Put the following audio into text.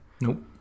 Nope